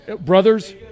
Brothers